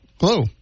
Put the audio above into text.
Hello